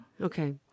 Okay